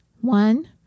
one